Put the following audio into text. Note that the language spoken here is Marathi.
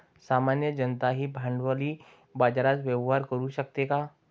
सामान्य जनताही भांडवली बाजारात व्यवहार करू शकते का?